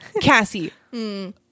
Cassie